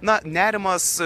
na nerimas